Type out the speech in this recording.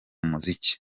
muziki